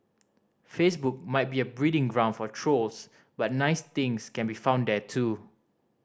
Facebook might be a breeding ground for trolls but nice things can be found there too